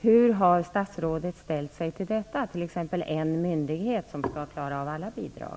Hur har statsrådet ställt sig till detta, t.ex. till frågan om en enda myndighet som skall klara av alla bidrag?